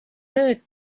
nüüd